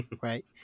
right